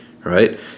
right